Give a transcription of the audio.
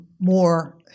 more